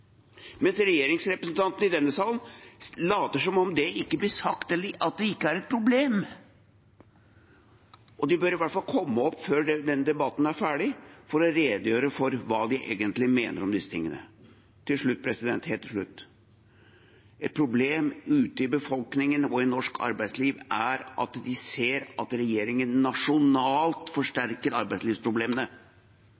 mens regjeringsrepresentantene i denne salen later som om det ikke blir sagt, eller at det ikke er et problem. De bør i hvert fall komme opp før denne debatten er ferdig for å redegjøre for hva de egentlig mener om disse tingene. Helt til slutt: Et problem ute i befolkningen og i norsk arbeidsliv er at man ser at regjeringen nasjonalt